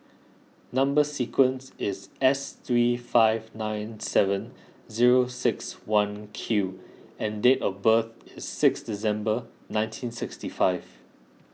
Number Sequence is S three five nine seven zero six one Q and date of birth is six December nineteen sixty five